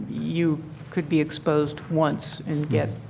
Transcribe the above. you could be exposed once and get